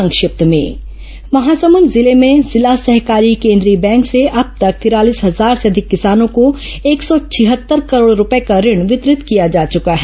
संक्षिप्त समाचार महासमुद जिले में जिला सहकारी केंद्रीय बैंक से अब तक तिरालीस हजार से अधिक किसानों को एक सौ छिहत्तर करोड रूपये का ऋण वितरण किया जा चुका है